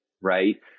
right